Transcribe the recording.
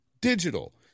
digital